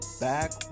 back